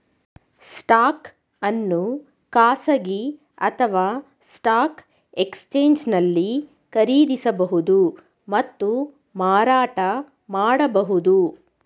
stock ಅನ್ನು ಖಾಸಗಿ ಅಥವಾ ಸ್ಟಾಕ್ ಎಕ್ಸ್ಚೇಂಜ್ನಲ್ಲಿ ಖರೀದಿಸಬಹುದು ಮತ್ತು ಮಾರಾಟ ಮಾಡಬಹುದು